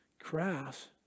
crass